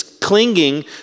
clinging